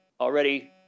already